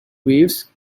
waves